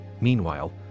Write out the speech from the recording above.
Meanwhile